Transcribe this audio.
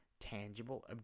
tangible